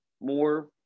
more